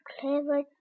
clever